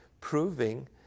proving